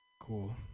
Cool